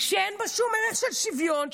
שאין בה שום ערך של שוויון,